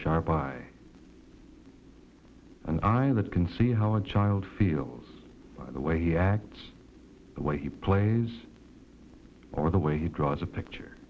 sharp eye and eye that can see how a child feels the way he acts the way he plays or the way he draws a picture